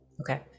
Okay